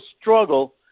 struggle